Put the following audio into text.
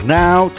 now